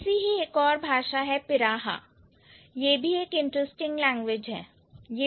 ऐसी ही एक और भाषा है Piraha यह भी एक इंटरेस्टिंग लैंग्वेज है